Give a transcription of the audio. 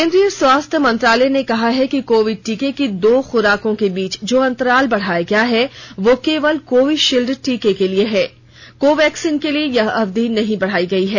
केंद्रीय स्वास्थ्य मंत्रालय ने कहा है कि कोविड टीके की दो खुराकों के बीच जो अंतराल बढ़ाया गया है वह केवल कोविशील्ड टीके के लिए है कोवैक्सीन के लिए यह अवधि नहीं बढ़ाई गई है